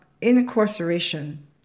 incarceration